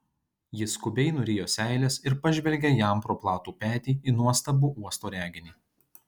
ji skubiai nurijo seiles ir pažvelgė jam pro platų petį į nuostabų uosto reginį